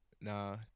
nah